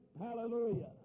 Hallelujah